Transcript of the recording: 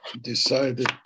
decided